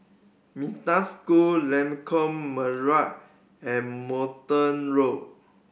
Metta School Lengkok Merak and Multon Road